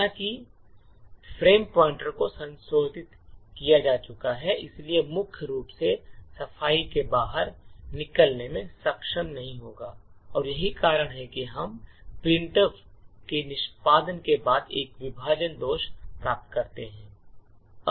हालाँकि चूंकि frame pointer को संशोधित किया जा चुका है इसलिए मुख्य रूप से सफाई से बाहर निकलने में सक्षम नहीं होगा और यही कारण है कि हम प्रिंटफ के निष्पादन के बाद एक विभाजन दोष प्राप्त करते हैं